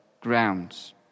grounds